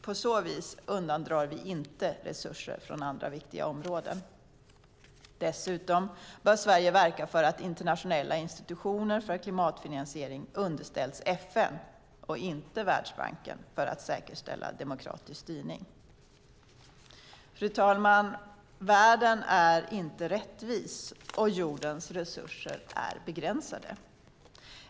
På så vis undandrar vi inte resurser från andra viktiga områden. Dessutom bör Sverige verka för att internationella institutioner för klimatfinansiering underställs FN och inte Världsbanken för att säkerställa demokratisk styrning. Fru talman! Världen är inte rättvis, och jordens resurser är begränsade.